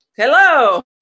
Hello